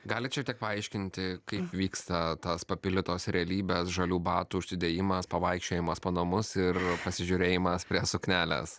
galit šiek tiek paaiškinti kaip vyksta tas papildytos realybės žalių batų užsidėjimas pavaikščiojimas po namus ir pasižiūrėjimas prie suknelės